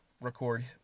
record